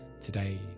today